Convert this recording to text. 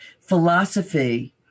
philosophy